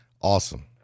Awesome